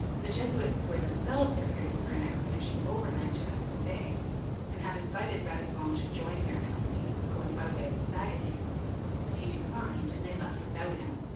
the jesuits were themselves preparing for an expedition overland to hudson bay and had invited radisson to join their company going by way of the saguenay but he declined, and they left without him.